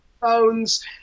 phones